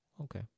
Okay